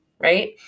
right